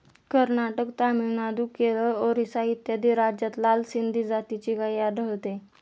कर्नाटक, तामिळनाडू, केरळ, ओरिसा इत्यादी राज्यांत लाल सिंधी जातीची गाय आढळते